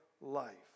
life